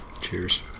Cheers